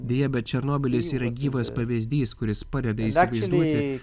deja bet černobylis yra gyvas pavyzdys kuris padeda įsivaizduoti